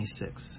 26